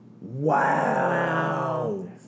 Wow